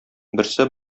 берсе